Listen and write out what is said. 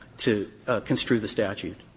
to construe the statute.